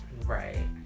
Right